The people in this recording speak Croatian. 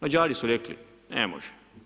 Mađari su rekli ne može.